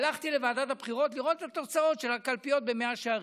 הלכתי לוועדת הבחירות לראות את התוצאות של הקלפיות במאה שערים.